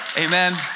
Amen